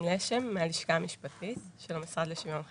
הלשכה המשפטית של המשרד לשוויון חברתי.